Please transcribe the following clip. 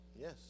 Yes